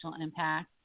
impact